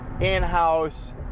in-house